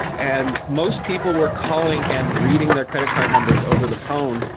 and most people were calling and reading their credit card numbers over the phone,